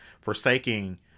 forsaking